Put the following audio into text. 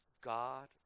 God